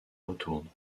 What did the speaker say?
retourne